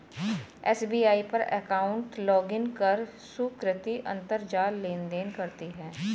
SBI पर account login कर सुकृति अंतरजाल लेनदेन करती है